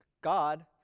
God